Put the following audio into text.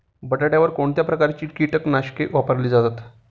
बटाट्यावर कोणत्या प्रकारची कीटकनाशके वापरली जातात?